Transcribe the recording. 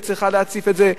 צריכה להציף את זה,